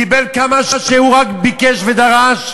קיבל כמה שהוא רק ביקש ודרש,